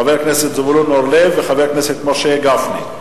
חבר הכנסת זבולון אורלב וחבר הכנסת משה גפני.